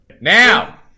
Now